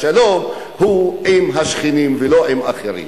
השלום הוא עם השכנים, ולא עם אחרים.